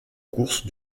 course